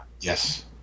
Yes